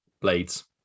blades